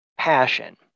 Passion